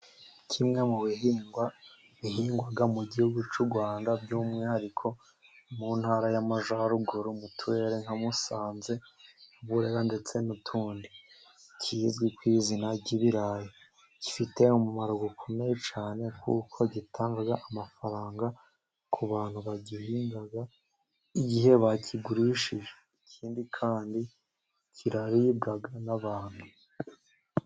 Kimwe mu bihingwa bihingwa mu gihugu cy'u Rwanda by'umwihariko mu Ntara y'Amajyaruguru mu turere nka Musanze, Burera, ndetse n'utundi, kizwi ku izina ry'ibirayi. Gifite umumaro ukomeye cyane, kuko gitanga amafaranga ku bantu bagihinga igihe bakigurishije. Ikindi kandi kiribwa n'abantu.